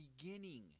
beginning